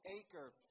acre